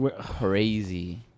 Crazy